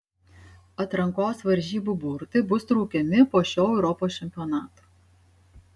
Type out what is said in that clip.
atrankos varžybų burtai bus traukiami po šio europos čempionato